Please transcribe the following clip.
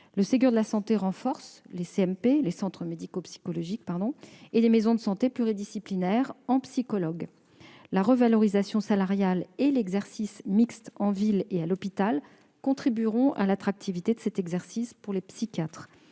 Le Ségur de la santé renforce les centres médico-psychologiques (CMP) et les maisons de santé pluridisciplinaires (MSP) en psychologues. La revalorisation salariale et l'exercice mixte en ville et à l'hôpital contribueront à l'attractivité de cet exercice pour les psychiatres.